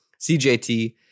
CJT